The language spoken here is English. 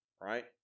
right